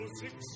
six